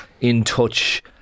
in-touch